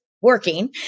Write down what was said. working